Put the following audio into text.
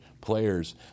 players